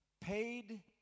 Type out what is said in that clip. paid